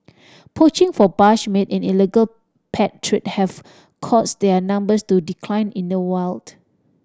poaching for bush meat and illegal pet trade have caused their numbers to decline in the wild